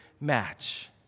match